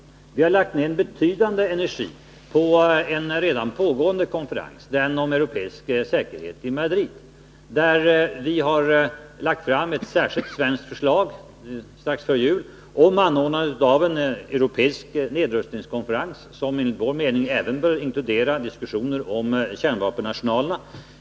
Vi har lagt ner betydande energi på en redan pågående konferens, den i Madrid om europeisk säkerhet. Strax före jul lade vi fram ett förslag om anordnande av en europeisk nedrustningskonferens som enligt vår mening bör inkludera diskussioner om kärnvapenarsenalerna.